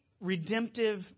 redemptive